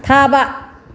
ꯊꯥꯕ